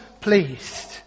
pleased